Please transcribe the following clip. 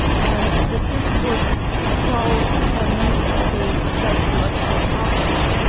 and that this would solve so many of the sociological problems,